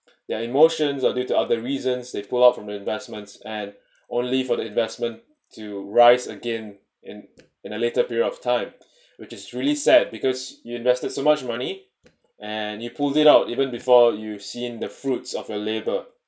their emotions or due to other reasons they pull out from investments and only for the investment to rise again in in a later period of time which is really sad because you invested so much money and you pulled it out even before you've seen the fruits of your labour